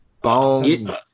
bone